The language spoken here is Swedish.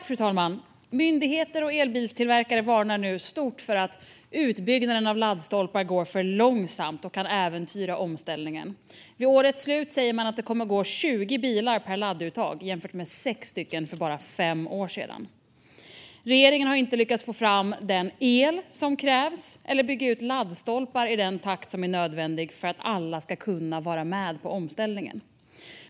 Fru talman! Myndigheter och elbilstillverkare varnar nu starkt för att utbyggnaden av laddstolpar går för långsamt, vilket kan äventyra omställningen. Man säger att det vid årets slut kommer att vara tjugo bilar per ladduttag - att jämföra med sex stycken för bara fem år sedan. Regeringen har inte lyckats få fram den el som krävs eller bygga ut laddstolpar i den takt som är nödvändig för att alla ska kunna vara med på omställningen.